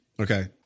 Okay